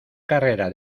carrera